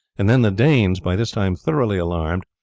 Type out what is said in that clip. and then the danes, by this time thoroughly alarmed,